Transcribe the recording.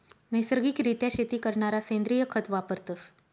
नैसर्गिक रित्या शेती करणारा सेंद्रिय खत वापरतस